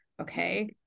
Okay